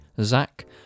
Zach